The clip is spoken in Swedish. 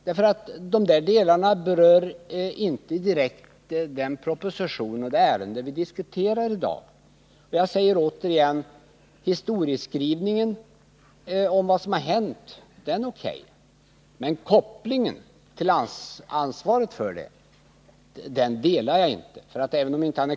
Det han talade om berör inte direkt den proposition och det ärende vi i dag diskuterar. Jag säger återigen: Historieskrivningen är O.K. Men bedömningen av ansvaret för det som hänt delar jag inte.